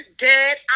dead